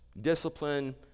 Discipline